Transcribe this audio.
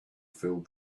filled